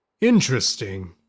Interesting